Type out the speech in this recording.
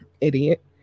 Idiot